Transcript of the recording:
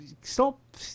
Stop